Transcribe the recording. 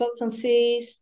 consultancies